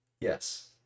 Yes